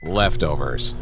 leftovers